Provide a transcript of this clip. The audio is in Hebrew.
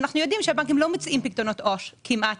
אנחנו יודעים שהבנקים לא מציעים פיקדונות עו"ש כמעט.